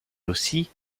aussi